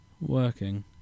working